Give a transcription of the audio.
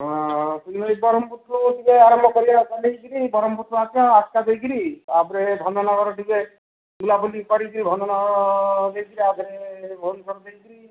ହଁ ବରମ୍ପୁର୍ ଠୁ ଯିବା ଆରମ୍ଭ କରିବା ବରମ୍ପୁର୍ ଠୁ ଆସ୍କା ଆସ୍କା ଦେଇକିରି ତା'ପରେ ଭଞ୍ଜନଗର ଟିକେ ବୁଲା ବୁଲି କରି କି ଭଞ୍ଜନଗର ଦେଇ କି ଭୁବନେଶ୍ୱର ଦେଇ କି